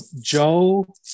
Joe